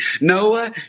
Noah